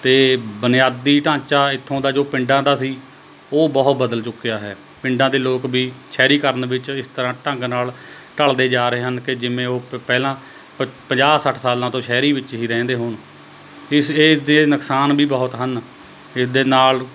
ਅਤੇ ਬੁਨਿਆਦੀ ਢਾਂਚਾ ਇੱਥੋਂ ਦਾ ਜੋ ਪਿੰਡਾਂ ਦਾ ਸੀ ਉਹ ਬਹੁਤ ਬਦਲ ਚੁੱਕਿਆ ਹੈ ਪਿੰਡਾਂ ਦੇ ਲੋਕ ਵੀ ਸ਼ਹਿਰੀਕਰਨ ਵਿੱਚ ਇਸ ਤਰ੍ਹਾਂ ਢੰਗ ਨਾਲ ਢਲਦੇ ਜਾ ਰਹੇ ਹਨ ਕਿ ਜਿਵੇਂ ਉਹ ਪ ਪਹਿਲਾਂ ਪ ਪੰਜਾਹ ਸੱਠ ਸਾਲਾਂ ਤੋਂ ਸ਼ਹਿਰਾਂ ਵਿੱਚ ਹੀ ਰਹਿੰਦੇ ਹੋਣ ਇਸ ਇਸ ਦੇ ਨੁਕਸਾਨ ਵੀ ਬਹੁਤ ਹਨ ਇਸਦੇ ਨਾਲ